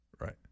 Right